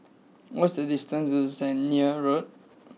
what is the distance to Zehnder Road